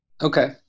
Okay